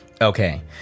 Okay